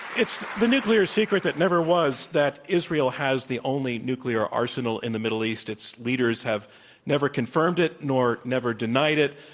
it's the nuclear secret that never was, that israel has the only nuclear arsenal in the middle east its leaders have never confirmed it nor never denied it,